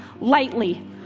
lightly